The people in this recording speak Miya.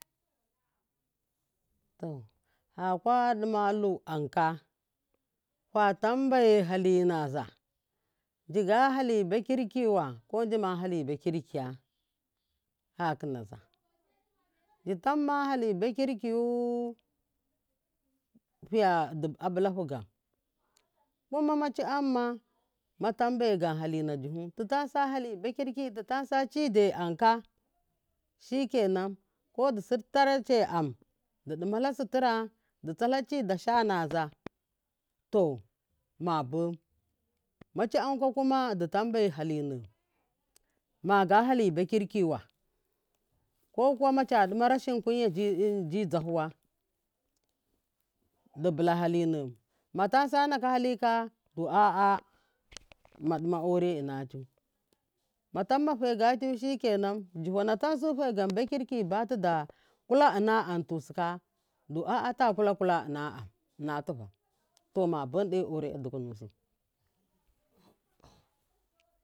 To faka dimalu amka fatam bai hali naza jiga hali ba kirkiwa ko jima hali kirkiyu fiya a bulafu gam kuma mali amma ma tambe gam halina juhu tu tansa hali ba kirki ta tan sa chide amka shikenan ko du tsa la ci da sha to ma boyin machi amka kuma du tambe hali nom baga hali ba kirkirwa ko kuwa macha duma rashin kun ya ji zahuwa du bula halinem matan sa naka hali du a’a, duma duma aure ina tu ma tamma fegatu shikenan jifana tamsu fegam bukiriki batuda kula a antusu ka du a’a takula kula ina tuvan to mabon ei aure innati.